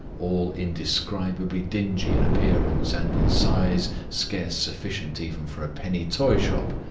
all indescribably dingy in appearance and in size scarce sufficient even for a penny toyshop,